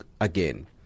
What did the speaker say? again